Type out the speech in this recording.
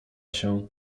się